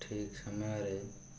ଠିକ୍ ସମୟରେ